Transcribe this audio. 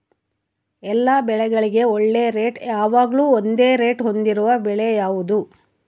ಎಲ್ಲ ಬೆಳೆಗಳಿಗೆ ಒಳ್ಳೆ ರೇಟ್ ಯಾವಾಗ್ಲೂ ಒಂದೇ ರೇಟ್ ಹೊಂದಿರುವ ಬೆಳೆ ಯಾವುದು?